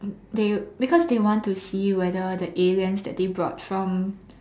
they because they want to see whether the aliens that they brought from